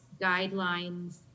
guidelines